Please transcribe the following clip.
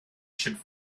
should